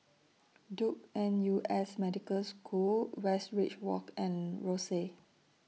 Duke N U S Medical School Westridge Walk and Rosyth